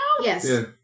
Yes